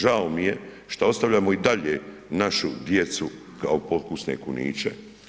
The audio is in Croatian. Žao mi je što ostavljamo i dalje našu djecu kao pokusne kuniće.